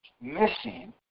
missing